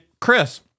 Chris